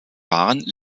waren